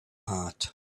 heart